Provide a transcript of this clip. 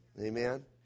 Amen